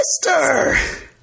sister